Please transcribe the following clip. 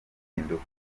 impinduka